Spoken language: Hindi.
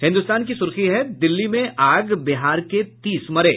हिन्दुस्तान की सुर्खी है दिल्ली में आग बिहार के तीस मरे